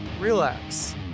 relax